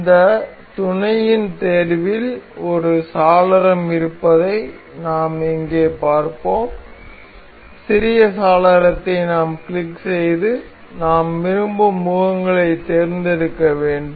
இந்த துணையின் தேர்வில் ஒரு சாளரம் இருப்பதை நாம் இங்கே பார்ப்போம் சிறிய சாளரத்தை நாம் கிளிக் செய்து நாம் விரும்பும் முகங்களைத் தேர்ந்தெடுக்க வேண்டும்